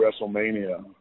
WrestleMania